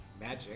magic